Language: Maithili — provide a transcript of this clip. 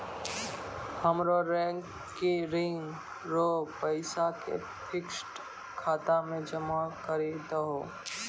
हमरो रेकरिंग रो पैसा के फिक्स्ड खाता मे जमा करी दहो